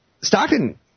Stockton